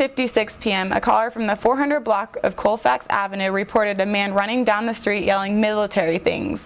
fifty six pm a car from the four hundred block of colfax avenue reported a man running down the street yelling military things